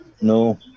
no